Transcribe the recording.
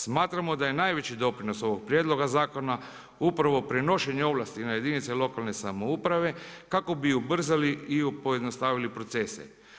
Smatramo da je najveći doprinos ovog prijedloga zakona upravo prenošenje ovlasti na jedinice lokalne samouprave kako bi ubrzali i pojednostavili procese.